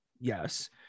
yes